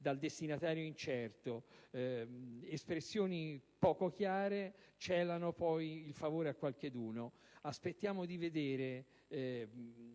dal destinatario incerto, espressioni poco chiare che poi celano il favore a qualcuno. Aspettiamo di vedere